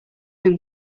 him